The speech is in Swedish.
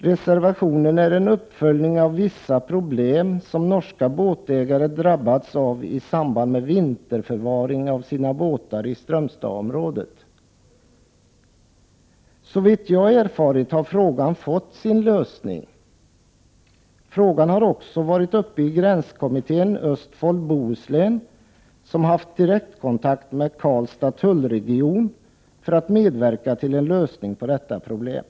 Reservationen har tillkommit med anledning av vissa problem som norska båtägare drabbats av i samband med vinterförvaring av sina båtar i Strömstadsområdet. Såvitt jag har erfarit har frågan fått sin lösning. Frågan har också varit uppe i gränskommittén Östfold— Bohuslän, som haft direktkontakt med Karlstads tullregion för att medverka till en lösning på detta problem.